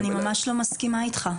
אני ממש לא מסכימה איתך.